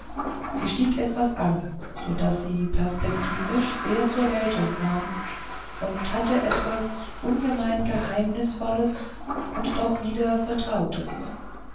sie stieg etwas an so daß sie perspektivisch sehr zur geltung kam und hatte etwas ungemein geheimnisvolles und doch wieder vertrautes